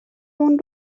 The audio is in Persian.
اون